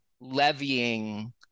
levying